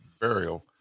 burial